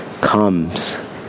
comes